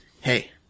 hey